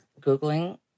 googling